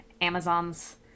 Amazon's